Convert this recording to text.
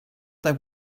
that